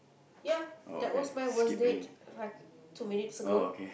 ya that was my worst date like two minutes ago